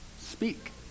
Speak